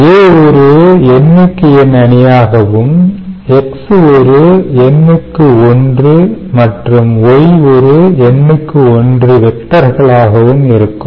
A ஒரு n x n அணியாகவும் X ஒரு n x 1 மற்றும் Y ஒரு n x 1 வெக்டர்களாகவும் இருக்கும்